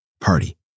Party